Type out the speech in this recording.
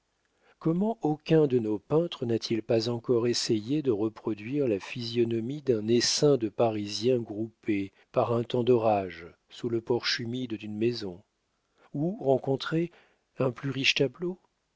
comment aucun de nos peintres n'a-t-il pas encore essayé de reproduire la physionomie d'un essaim de parisiens groupés par un temps d'orage sous le porche humide d'une maison où rencontrer un plus riche tableau